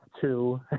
two